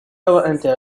وأنت